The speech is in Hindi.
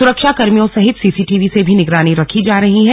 सुरक्षाकर्मियों सहित सीसीटीवी से भी निगरानी रखी जा रही है